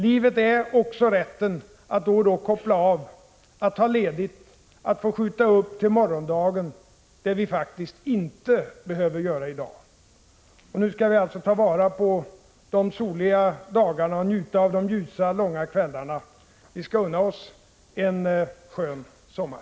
Livet är också rätten att då och då koppla av, att skjuta upp till morgondagen det vi faktiskt inte behöver göra i dag. Och nu skall vi alltså ta vara på de soliga dagarna och njuta av de ljusa långa kvällarna. Vi skall unna oss en skön sommar.